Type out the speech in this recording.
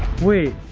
wait.